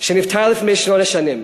שנפטר לפני שמונה שנים.